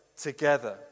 together